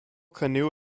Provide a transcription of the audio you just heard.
canoe